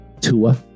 Tua